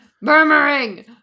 murmuring